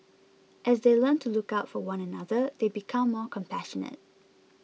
as they learn to look out for one another they become more compassionate